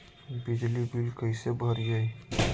बिजली बिल कैसे भरिए?